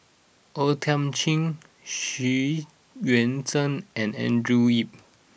O Thiam Chin Xu Yuan Zhen and Andrew Yip